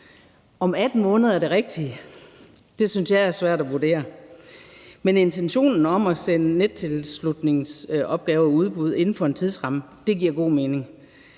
Om 18 måneder er det rigtige, synes jeg er svært at vurdere, men intentionen om at sende nettilslutningsopgaver i udbud inden for en tidsramme giver god mening,